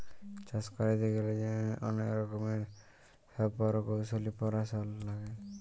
চাষ ক্যইরতে গ্যালে যে অলেক রকমের ছব পরকৌশলি পরাশলা লাগে